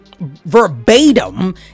verbatim